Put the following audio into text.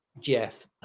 jeff